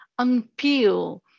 unpeel